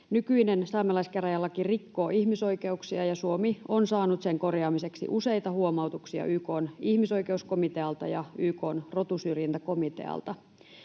Nykyinen saamelaiskäräjälaki rikkoo ihmisoikeuksia, ja Suomi on saanut sen korjaamiseksi useita huomautuksia YK:n ihmisoikeuskomitealta ja YK:n rotusyrjintäkomitealta.